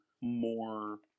more